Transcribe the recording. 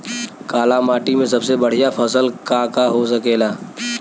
काली माटी में सबसे बढ़िया फसल का का हो सकेला?